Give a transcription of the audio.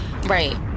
Right